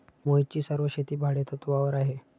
मोहितची सर्व शेती भाडेतत्वावर आहे